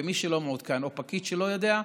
ומי שלא מעודכן או פקיד שלא יודע,